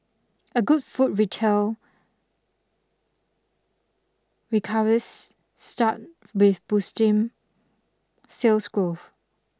a good food retail recovers start with boosting sales growth